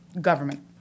government